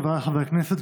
חבריי חברי הכנסת,